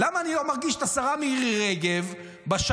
למה אני לא מרגיש את השרה מירי רגב בשנה